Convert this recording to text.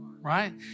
Right